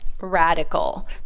RADICAL